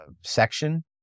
section